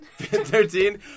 13